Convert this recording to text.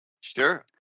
Sure